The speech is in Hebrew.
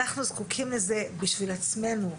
אנחנו זקוקים לזה בשביל עצמנו.